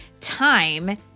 time